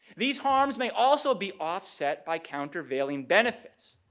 these harms may also be offset by countervailing benefits.